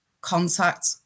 contact